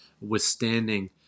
withstanding